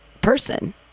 person